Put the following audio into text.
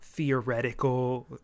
theoretical